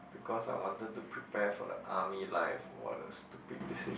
because I wanted to prepare for the army life what a stupid decision